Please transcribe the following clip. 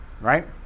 right